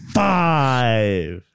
five